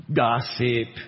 gossip